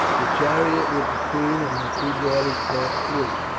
the chariot with the queen and her two daughters passed through,